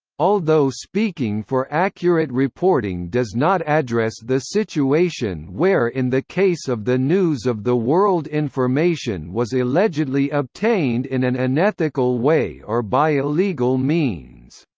although speaking for accurate reporting does not address the situation where in the case of the news of the world information was allegedly obtained in an unethical way or by illegal means.